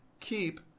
keep